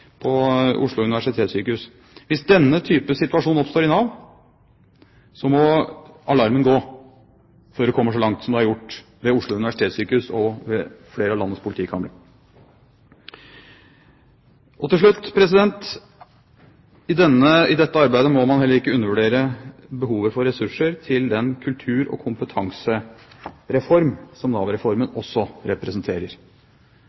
på Oslo universitetssykehus. Hvis denne type situasjon oppstår i Nav, må alarmen gå før det kommer så langt som det har gjort ved Oslo universitetssykehus og ved flere av landets politikamre. Helt til slutt: I dette arbeidet må man heller ikke undervurdere behovet for ressurser til den kultur- og kompetansereform som